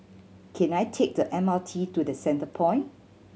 can I take the M R T to The Centrepoint